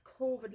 COVID